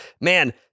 Man